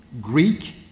Greek